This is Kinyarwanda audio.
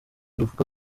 ruvuga